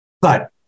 But-